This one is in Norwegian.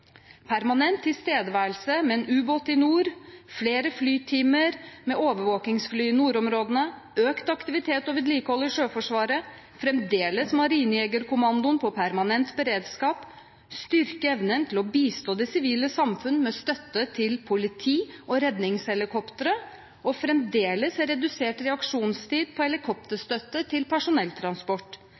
økt aktivitet og vedlikehold i Sjøforsvaret Marinejegerkommandoen fremdeles i permanent beredskap styrket evne til å bistå det sivile samfunn med støtte til politi og redningshelikoptre og fremdeles redusert reaksjonstid på helikopterstøtte til personelltransport